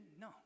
No